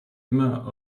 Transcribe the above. immer